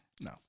No